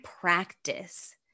practice